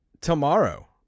tomorrow